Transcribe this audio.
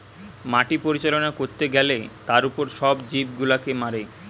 মাটি পরিচালনা করতে গ্যালে তার উপর সব জীব গুলাকে মারে